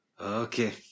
Okay